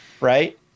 right